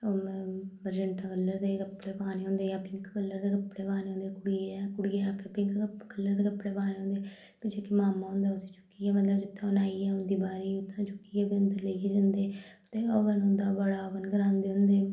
magenta colour दे कपड़े पाने होंदे जां पिंक कलर दे कपड़े पाने होंदे कुड़ियै गी कुड़ियै आपे पिंक कलर दे कपड़े पाने होंदे ते जेह्की मामा होंदा उसी चुकियै मतलब जित्थें ओह् न्हाइयै औंदी बाह्रै गी उत्थैं चुक्कियै फ्ही अंदर लेइयै जंदे ते हवन होंदा बड़ा हवन करांदे होंदे